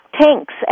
tanks